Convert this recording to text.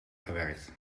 gewerkt